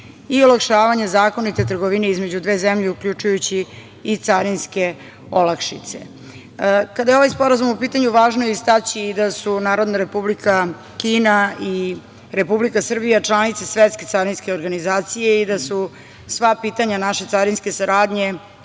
i olakšavanja zakonite trgovine između dve zemlje, uključujući i carinske olakšice. Kada je ovaj sporazum u pitanju važno je istaći i da su Narodna Republika Kina i Republika Srbija članice Svetske carinske organizacije i da su sva pitanja naše carinske saradnje